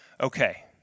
okay